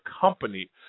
company